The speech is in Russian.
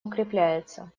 укрепляется